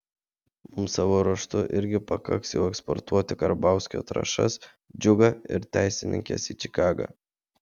mums savo ruožtu irgi pakaks jau eksportuoti karbauskio trąšas džiugą ir teisininkes į čikagą